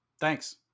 thanks